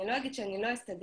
אני לא אגיד שאני לא אסתדר,